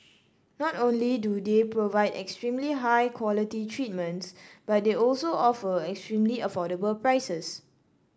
not only do they provide extremely high quality treatments but they also offer extremely affordable prices